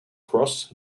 cross